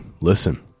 Listen